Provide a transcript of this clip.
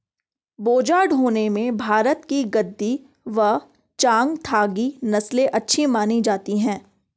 बोझा ढोने में भारत की गद्दी व चांगथागी नस्ले अच्छी मानी जाती हैं